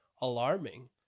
alarming